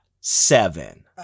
seven